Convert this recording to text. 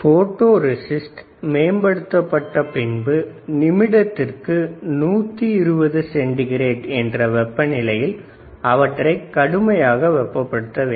photo resist மேம்படுத்தப்பட்ட பின்பு நிமிடத்திற்கு 120 சென்டிகிரேட் என்ற வெப்ப நிலையில் அவற்றை கடுமையாக வெப்ப படுத்தவேண்டும்